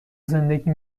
زندگی